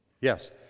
Yes